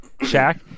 Shaq